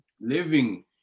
living